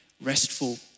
restful